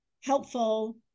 helpful